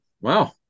Wow